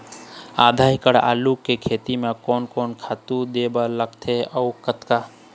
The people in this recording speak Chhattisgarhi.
आधा एकड़ आलू के खेती म कोन कोन खातू दे बर लगथे अऊ कतका?